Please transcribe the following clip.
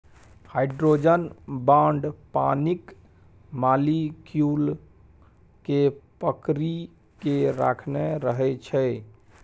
hydrogen bond पानिक molecule केँ पकरि केँ राखने रहै छै